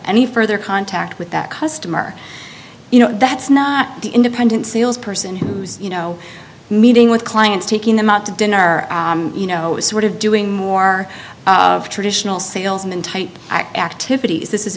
any further contact with that customer you know that's not the independent sales person who's you know meeting with clients taking them out to dinner you know is sort of doing more traditional salesman type activities